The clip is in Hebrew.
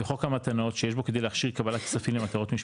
לחוק המתנות שיש בו כדי להכשיר קבלת כספים למטרות משפטיות,